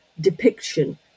depiction